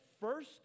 first